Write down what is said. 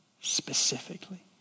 specifically